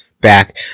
back